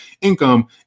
income